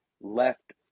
left